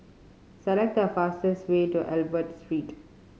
select the fastest way to Albert Street